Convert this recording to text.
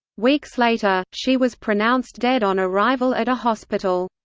weeks later, she was pronounced dead on arrival at a hospital.